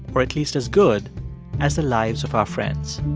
or at least as good as the lives of our friends